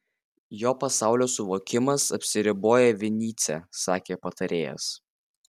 jo pasaulio suvokimas apsiriboja vinycia sakė patarėjas